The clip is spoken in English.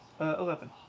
Eleven